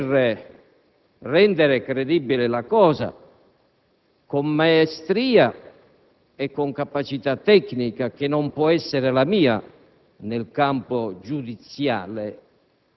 la libertà di dire che le motivazioni tecniche che sottendono il provvedimento di iniziativa del